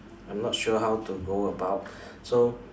I'm not sure how to go about so